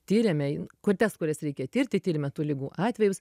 tiriame kur tes kurias reikia tirti tiriame tų ligų atvejus